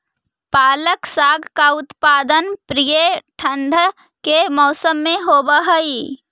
पालक साग का उत्पादन प्रायः ठंड के मौसम में होव हई